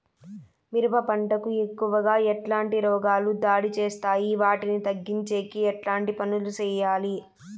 మిరప పంట కు ఎక్కువగా ఎట్లాంటి రోగాలు దాడి చేస్తాయి వాటిని తగ్గించేకి ఎట్లాంటి పనులు చెయ్యాలి?